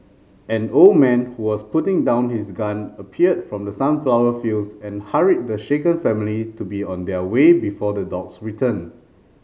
an old man who was putting down his gun appeared from the sunflower fields and hurried the shaken family to be on their way before the dogs return